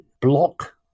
block